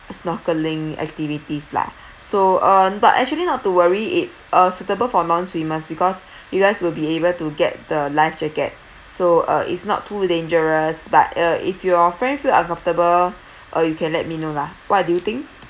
snorkeling activities lah so uh but actually not to worry it's uh suitable for non-swimmers because you guys will be able to get the life jacket so uh it's not too dangerous but uh if your friends feel uncomfortable uh you can let me know lah what do you think